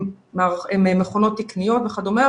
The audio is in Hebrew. הן מכונות תקניות וכדומה,